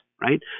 right